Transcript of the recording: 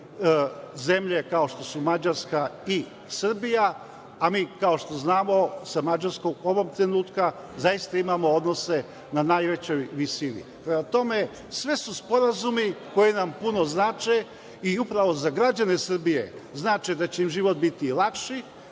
zemlje kao što su Mađarska i Srbija, a mi kao što znamo sa Mađarskom ovog trenutka zaista imamo odnose na najvećoj visini. Prema tome, sve su sporazumi koji nam puno znače i upravno za građane Srbije znače da će im život biti lakši,